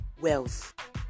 wealth